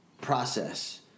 process